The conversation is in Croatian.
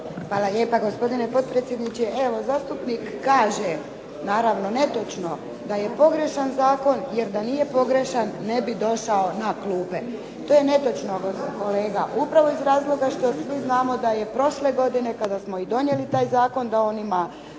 Hvala lijepa, gospodine potpredsjedniče. Zastupnik kaže naravno netočno da je pogrešan zakon jer da nije pogrešan ne bi došao na klupe. To je netočno kolega upravo iz razloga što svi znamo da je prošle godine kada smo i donijeli taj zakon da on ima